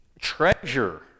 treasure